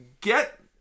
get